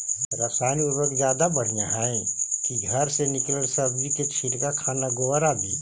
रासायन उर्वरक ज्यादा बढ़िया हैं कि घर से निकलल सब्जी के छिलका, खाना, गोबर, आदि?